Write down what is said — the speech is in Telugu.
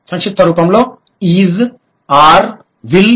సంక్షిప్త రూపంలో ఐస్ అర్ మరియు విల్